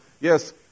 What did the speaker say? yes